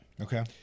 Okay